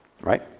Right